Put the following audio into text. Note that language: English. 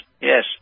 yes